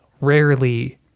rarely